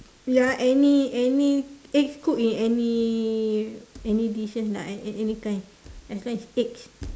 ya any any eggs cook in any any dishes lah in any kind as long is eggs